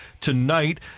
tonight